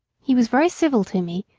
he was very civil to me,